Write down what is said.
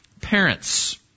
parents